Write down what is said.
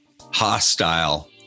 hostile